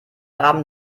abend